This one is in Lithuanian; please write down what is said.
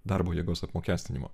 darbo jėgos apmokestinimo